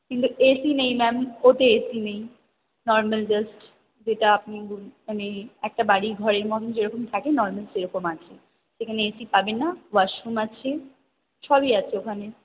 কিন্তু A C নেই ma'am ওতে এ সি নেই নর্মাল জাস্ট যেটা আপনি মানে একটা বাড়ি ঘরের মতন যেরকম থাকে নর্মাল সেরকম আছে সেখানে এ সি পাবেন না ওয়াশরুম আছে সবই আছে ওখানে